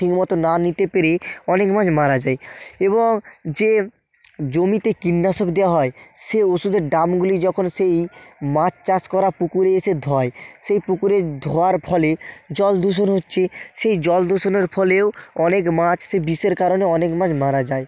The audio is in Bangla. ঠিক মতো না নিতে পেরে অনেক মাছ মারা যায় এবং যে জমিতে কীটনাশক দেওয়া হয় সে ওষুদের ড্রামগুলি যখন সেই মাছ চাষ করা পুকুরে এসে ধোয় সেই পুকুরে ধোয়ার ফলে জলদূষণ হচ্ছে সেই জলদূষণের ফলেও অনেক মাছ সে বিষের কারণে অনেক মাছ মারা যায়